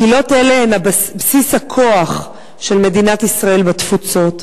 קהילות אלה הן בסיס הכוח של מדינת ישראל בתפוצות.